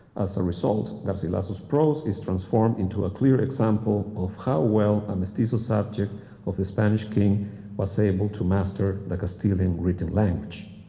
a result, garcilaso's prose is transformed into a clear example of how well a mestizo subject of the spanish king was able to master the castilian written language.